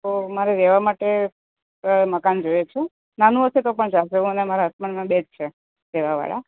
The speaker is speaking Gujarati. તો મારે રહેવા માટે મકાન જોઇએ છે નાનું હશે તો પણ ચાલશે હું ને મારા હસબન્ડ બે જ છે રહેવાવાળા